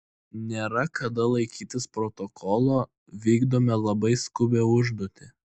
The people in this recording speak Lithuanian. nėra kada laikytis protokolo vykdome labai skubią užduotį